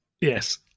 Yes